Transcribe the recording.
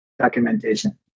documentation